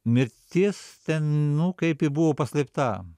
mirtis nu kaip i buvo paslėpta